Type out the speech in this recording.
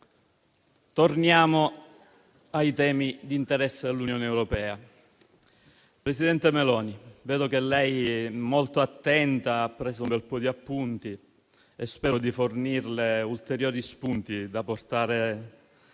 torniamo ai temi di interesse dell'Unione europea. Presidente Meloni, vedo che lei è molto attenta e che ha preso un bel po' di appunti. Spero di fornirle ulteriori spunti da portare,